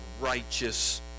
righteous